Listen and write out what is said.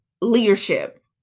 leadership